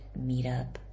Meetup